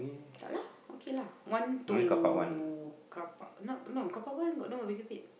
tak lah okay lah one to carpark not no carpark one got no barbecue pit